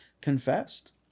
confessed